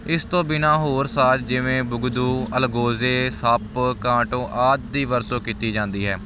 ਇਸ ਤੋਂ ਬਿਨਾਂ ਹੋਰ ਸਾਜ ਜਿਵੇਂ ਬੁਗਦੂ ਅਲਗੋਜੇ ਸੱਪ ਕਾਟੋ ਆਦਿ ਦੀ ਵਰਤੋਂ ਕੀਤੀ ਜਾਂਦੀ ਹੈ